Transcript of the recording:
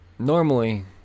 Normally